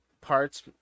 parts